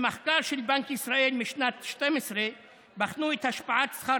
במחקר של בנק ישראל משנת 2012 בחנו את השפעת שכר